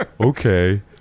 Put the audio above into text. Okay